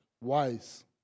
Wise